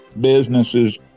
businesses